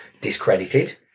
discredited